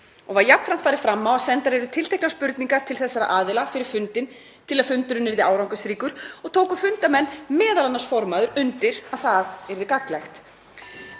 og var jafnframt farið fram á að sendar yrðu tilteknar spurningar til þessara aðila fyrir fundinn til að fundurinn yrði árangursríkur og tóku fundarmenn, m.a. formaður, undir að það yrði gagnlegt.